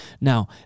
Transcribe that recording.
Now